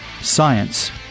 science